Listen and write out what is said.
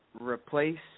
replace